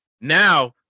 now